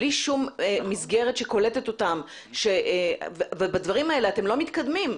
בלי שום מסגרת שקולטת אותם ובדברים האלה אתם לא מתקדמים.